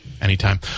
Anytime